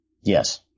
Yes